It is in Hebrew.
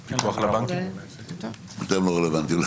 זה לא רלוונטי.